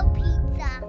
pizza